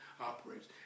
operates